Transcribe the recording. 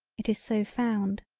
it is so found.